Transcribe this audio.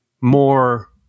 more